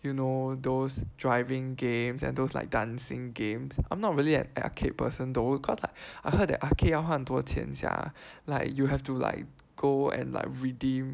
you know those driving games and those like dancing games I'm not really an an arcade person though cause I heard the arcade 要换多钱 sia like you have to like go and like redeem